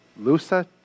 Lusa